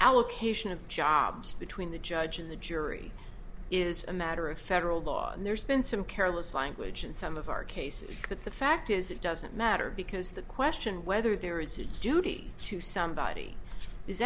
allocation of jobs between the judge and the jury is a matter of federal law and there's been some careless language in some of our cases but the fact is it doesn't matter because the question whether there is a duty to somebody is